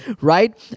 right